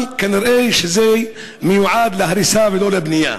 אבל כנראה זה מיועד להריסה, ולא לבנייה.